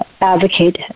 advocate